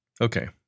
Okay